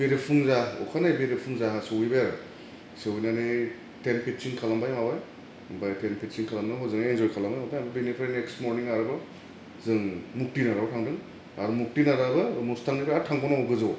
बेरेफुंजा अखानायै बेरेफुंजा सहैबाय आरो सहैनानै टेन पिटसिं खालामबाय माबाय ओमफाय टेन पिटसिं खालामनायाव हजोंहाय इनजय खालामबाय ओमफाय आं बिनिफ्राय नेक्स मरनिं आरोबाव जों मुक्तिनाथआव थांदों आर मुक्टिनाथआबो मुस्तांनिफ्राय आर थांबावनांगौ गोजौवाव